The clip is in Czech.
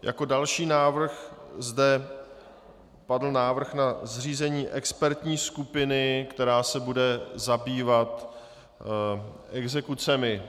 Jako další návrh zde padl návrh na zřízení expertní skupiny, která se bude zabývat exekucemi.